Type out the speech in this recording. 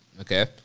Okay